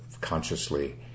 consciously